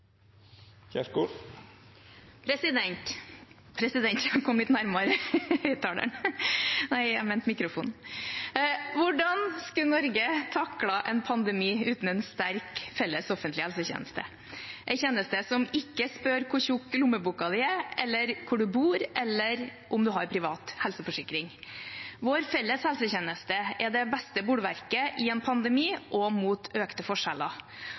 Hvordan skulle Norge taklet en pandemi uten en sterk felles offentlig helsetjeneste – en tjeneste som ikke spør hvor tykk lommeboken din er, hvor du bor, eller om du har privat helseforsikring? Vår felles helsetjeneste er det beste bolverket i en pandemi og mot økte forskjeller.